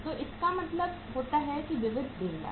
तो इसका मतलब होता है विविध लेनदार